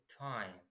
time